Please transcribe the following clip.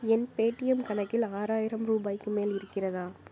என் Paytm கணக்கில் ஆறாயிரம் ரூபாய்க்கு மேல் இருக்கிறதா